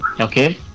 okay